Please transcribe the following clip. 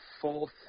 fourth